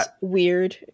weird